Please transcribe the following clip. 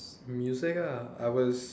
music lah I was